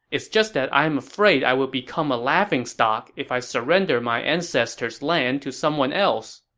it's just that i am afraid i will become a laughingstock if i surrender my ancestor's land to someone else.